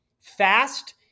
fast